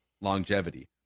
longevity